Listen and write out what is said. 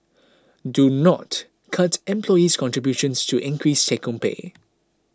do not cut employee's contributions to increase take home pay